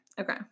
Okay